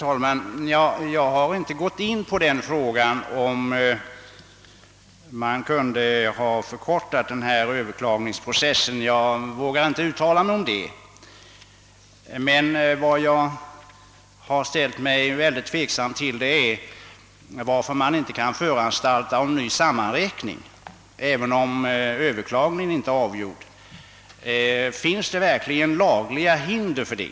Herr talman! Jag har inte gått in på frågan huruvida man kan förkorta överklagningsprocessen; den saken vågar jag inte uttala mig om. Vad jag har undrat över är varför det inte kan företas en ny sammanräkning, även om besvärsmålet inte är avgjort. Finns det verkligen lagliga hinder för det?